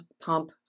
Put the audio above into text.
pump